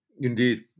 Indeed